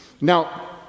Now